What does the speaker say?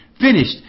finished